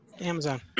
Amazon